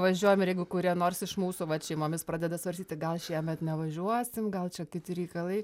važiuojam ir jeigu kurie nors iš mūsų šeimomis pradeda svarstyt tai gal šiemet nevažiuosim gal čia kiti reikalai